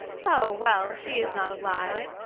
oh! well, she is not alive.